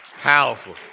Powerful